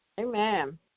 Amen